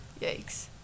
Yikes